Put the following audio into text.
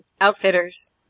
Outfitters